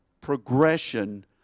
progression